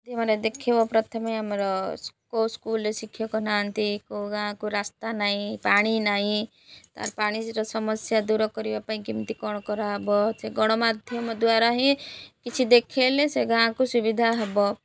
ଦେଖିବ ପ୍ରଥମେ ଆମର କେଉଁ ସ୍କୁଲରେ ଶିକ୍ଷକ ନାହାଁନ୍ତି କେଉଁ ଗାଁକୁ ରାସ୍ତା ନାହିଁ ପାଣି ନାହିଁ ତାର୍ ପାଣିର ସମସ୍ୟା ଦୂର କରିବା ପାଇଁ କେମିତି କ'ଣ କରାହବ ସେ ଗଣମାଧ୍ୟମ ଦ୍ୱାରା ହିଁ କିଛି ଦେଖେଇଲେ ସେ ଗାଁକୁ ସୁବିଧା ହେବ